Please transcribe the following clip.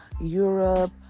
Europe